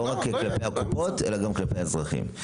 לא רק כלפי הקופות אלא גם כלפי האזרחים.